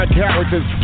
characters